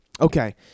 Okay